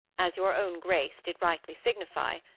as your own grace did rightly signify,